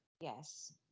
Yes